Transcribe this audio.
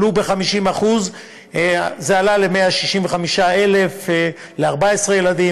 עלו ב-50% זה עלה ל-165,000 ל-14 ילדים,